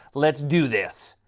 let's do this.